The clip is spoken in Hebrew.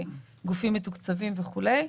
גופים מתוקצבים וכולי.